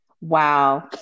Wow